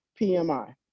PMI